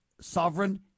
sovereign